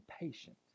patient